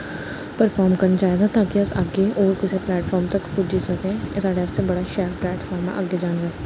perform करने चाहिदे ताकि अस अग्गें होर कुसै प्लैटफार्म तक पुज्जी सकचै एह् साढ़ै आस्तै बड़ा शैल प्लैटफार्म ऐ अग्गें जाने आस्तै